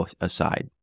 aside